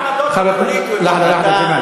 העמדות הפוליטיות שלך.